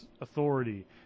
authority